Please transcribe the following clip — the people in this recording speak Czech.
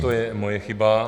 To je moje chyba.